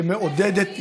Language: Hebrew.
שמעודדת יציאה,